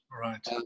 Right